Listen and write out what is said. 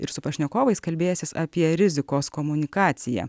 ir su pašnekovais kalbėsis apie rizikos komunikaciją